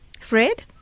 Fred